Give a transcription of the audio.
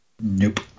Nope